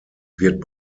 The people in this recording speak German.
wird